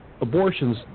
Abortions